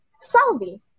Salvi